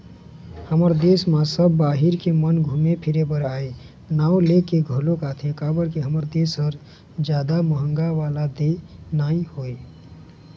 हमर देस म सब बाहिर के मन घुमे फिरे बर ए नांव लेके घलोक आथे काबर के हमर देस ह जादा महंगा वाला देय नोहय